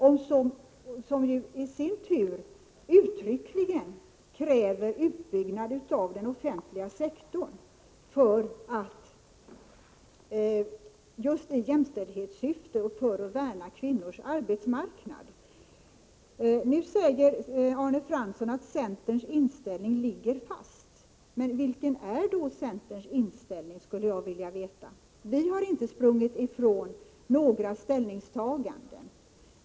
I den kräver man i sin tur uttryckligen utbyggnad av den offentliga sektorn just i jämställdhetssyfte och för att värna om kvinnors arbetsmarknad. Nu säger Arne Fransson att centerns inställning ligger fast, men vilken är då centerns inställning? Det skulle jag vilja veta. Vi har inte sprungit ifrån några ställningstaganden.